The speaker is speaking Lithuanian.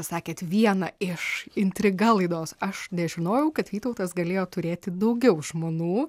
sakėt vieną iš intriga laidos aš nežinojau kad vytautas galėjo turėti daugiau žmonų